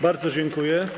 Bardzo dziękuję.